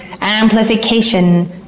amplification